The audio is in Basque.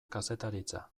kazetaritza